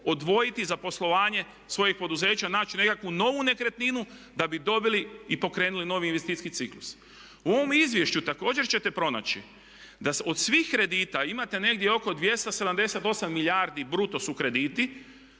odvojiti za poslovanje svojih poduzeća, naći nekakvu novu nekretninu da bi dobili i pokrenuli novi investicijski ciklus. U ovom izvješću također ćete pronaći da od svih kredita imate negdje oko 278 milijardi bruto su krediti,